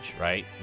right